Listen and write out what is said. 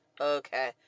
okay